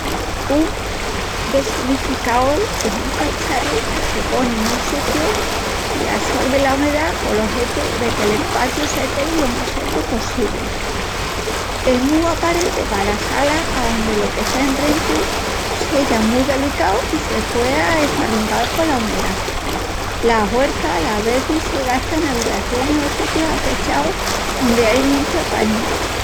Un desumificaol es un cacharru que se poni nun sitiu i assorvi la umedá col ojetivu de que l'espaciu se quei lo mas secu possibli. Es mu aparenti pa salas aondi lo que está endrentu seya mu delicau i se puea esfarrungal cola umedá. La huerça las vezis se gasta en abitacionis o sítius afechaus ondi ai mucha pañu.